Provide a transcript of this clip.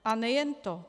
A nejen to.